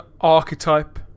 archetype